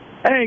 Hey